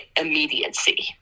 immediacy